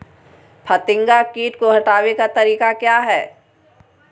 फतिंगा किट को हटाने का तरीका क्या है?